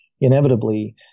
inevitably